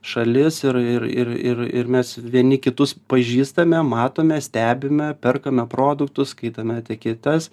šalis ir ir ir ir ir mes vieni kitus pažįstame matome stebime perkame produktus skaitome etiketes